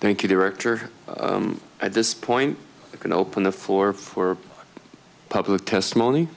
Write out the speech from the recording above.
thank you director at this point you can open the floor for public testimony